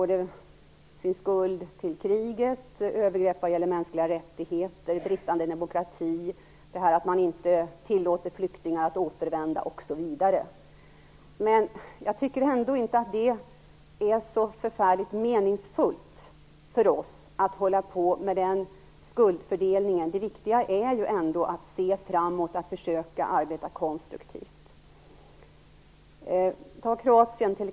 Det gäller skuld till kriget, övergrepp vad gäller mänskliga rättigheter, bristande demokrati, att man inte tillåter flyktingar att återvända osv. Men jag tycker inte att det är så meningsfullt för oss att hålla på med den skuldfördelningen. Det viktiga är ju ändå att se framåt och att försöka arbeta konstruktivt. Ta t.ex. Kroatien.